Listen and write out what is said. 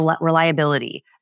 reliability